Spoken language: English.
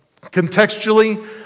contextually